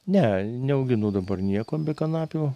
ne neauginu dabar nieko be kanapių